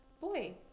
Boy